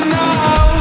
now